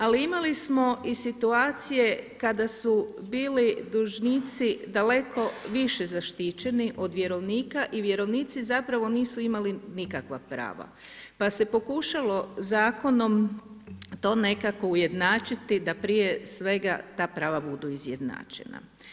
Ali imali smo i situacije kada su bili dužnici daleko više zaštićeni od vjerovnika i vjerovnici zapravo nisu imali nikakva prava, pa se pokušalo zakonom to nekako ujednačiti da prije svega ta prava budu izjednačena.